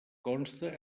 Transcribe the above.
conste